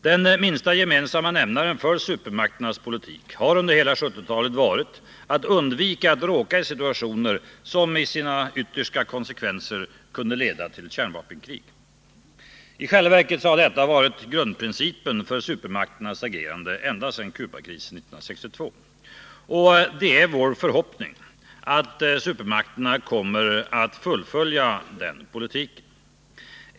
Den minsta gemensamma nämnaren för supermakternas politik har under hela 1970-talet varit att undvika att råka i situationer som i sina yttersta konsekvenser kunde leda till ett kärnvapenkrig. I själva verket har detta varit grundprincipen för supermakternas agerande ända sedan Cubakrisen 1962. Det är vår förhoppning att supermakterna kommer att fullfölja den politiken.